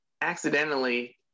accidentally